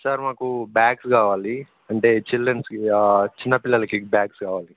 sir మాకు bags కావాలి అంటే చిల్డ్రన్స్కి చిన్న పిల్లలకి బ్యాగ్స్ కావాలి